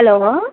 hello